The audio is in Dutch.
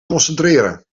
concentreren